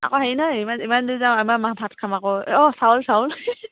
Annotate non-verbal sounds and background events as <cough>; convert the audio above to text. আকৌ হেৰি নহয় ইমান ইমান দূৰ যাওঁ আমাৰ <unintelligible> ভাত খাম আকৌ অঁ চাউল চাউল